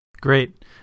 Great